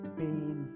pain